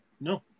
no